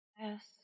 Yes